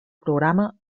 programa